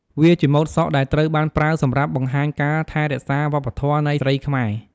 វាជាម៉ូតសក់ដែលត្រូវបានប្រើសម្រាប់បង្ហាញការថែរក្សាវប្បធម៍នៃស្រីខ្មែរ។